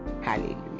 Hallelujah